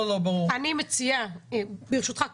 אני מציעה, ברשותך כמובן,